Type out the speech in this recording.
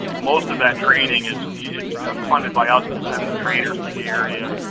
most of that training is you know funded by us to send the trainers to the area,